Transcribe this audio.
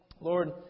Lord